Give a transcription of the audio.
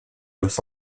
los